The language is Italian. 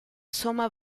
somma